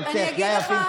כמי שמאמין ביהדות,